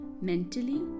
mentally